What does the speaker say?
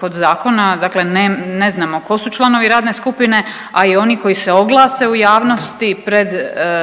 kod zakona, dakle ne znamo tko su članovi radne skupine, a i oni koji se oglase u javnosti pred